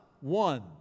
One